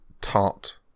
tart